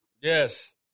Yes